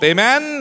Amen